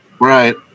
Right